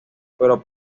pero